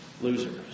Losers